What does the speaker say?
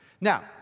now